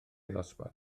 ddosbarth